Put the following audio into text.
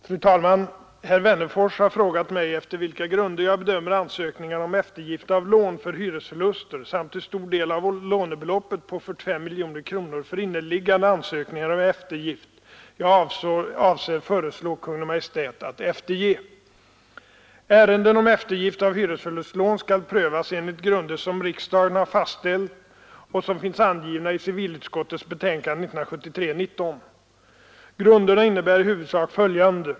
Fru talman! Herr Wennerfors har frågat mig efter vilka grunder jag bedömer ansökningarna om eftergift av lån för hyresförluster samt hur stor del av lånebeloppet på 45 miljoner kronor för inneliggande ansökningar om eftergift jag avser föreslå Kungl. Maj:t att efterge. Ärenden om eftergift av hyresförlustlån skall prövas enligt grunder som riksdagen har fastställt och som finns angivna i civilutskottets betänkande 1973:19. Grunderna innebär i huvudsak följande.